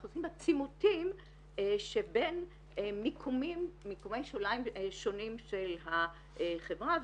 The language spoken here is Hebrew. אנחנו עושים את הצימותים שבין מיקומי שוליים שונים של החברה,